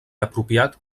apropiat